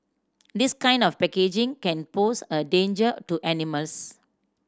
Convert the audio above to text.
this kind of packaging can pose a danger to animals